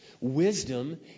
Wisdom